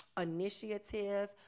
initiative